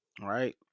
Right